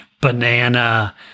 banana